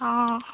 অঁ